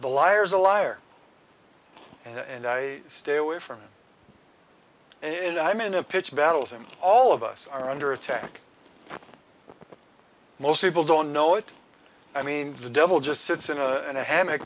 the liars a liar and i stay away from it and i'm in a pitched battles and all of us are under attack most people don't know it i mean the devil just sits in a hammock